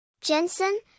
Jensen